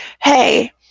Hey